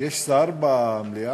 יש שר במליאה?